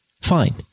fine